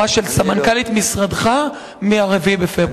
ההוראה של סמנכ"לית משרדך מ-4 בפברואר?